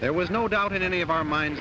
there was no doubt in any of our mind